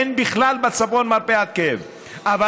אין בכלל מרפאת כאב בצפון,